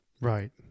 Right